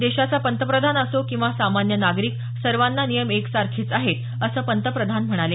देशाचा पंतप्रधान असो किंवा सामान्य नागरिक सर्वांना नियम एकसारखेच आहेत असं पंतप्रधान म्हणाले